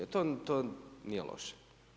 To nije loše.